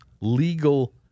legal